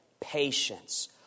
patience